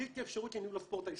בלתי אפשרית לניהול הספורט הישראלי.